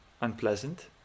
unpleasant